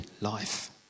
life